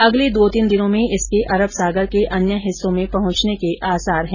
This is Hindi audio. अगले दो तीन दिनों में इसके अरब सागर के अन्य हिस्सों में पहुंचने के आसार हैं